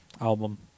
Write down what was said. album